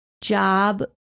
job